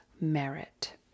merit